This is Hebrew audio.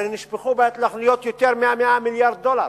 הרי נשפכו בהתנחלויות יותר מ-100 מיליארד דולר,